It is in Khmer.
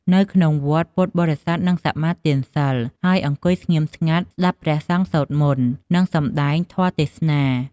នៅក្នុងវត្ត ពុទ្ធបរិស័ទនឹងសមាទានសីល ហើយអង្គុយស្ងៀមស្ងាត់ស្ដាប់ព្រះសង្ឃសូត្រមន្ត និងសម្ដែងធម៌ទេសនា។